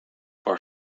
for